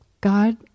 God